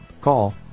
Call